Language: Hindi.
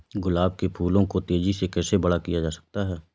गुलाब के फूलों को तेजी से कैसे बड़ा किया जा सकता है?